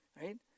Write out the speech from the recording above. Right